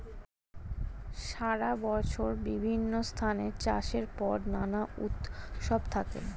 সারা বছরই বিভিন্ন স্থানে চাষের পর নানা উৎসব থাকে